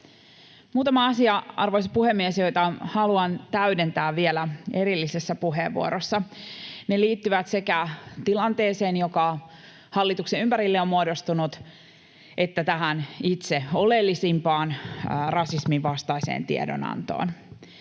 muutama asia, arvoisa puhemies, joita haluan täydentää vielä erillisessä puheenvuorossa. Ne liittyvät sekä tilanteeseen, joka hallituksen ympärille on muodostunut, että tähän itse oleellisimpaan: rasismin vastaiseen tiedonantoon.